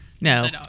No